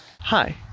hi